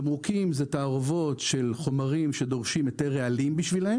תמרוקים זה תערובות של חומרים שדורשים היתר רעלים בשבילם.